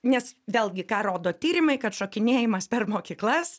nes vėlgi ką rodo tyrimai kad šokinėjimas per mokyklas